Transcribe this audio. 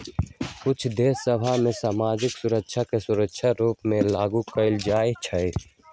कुछ देश सभ में सामाजिक सुरक्षा कर स्वैच्छिक रूप से लागू कएल जाइ छइ